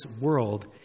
world